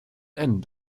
end